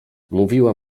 mówiła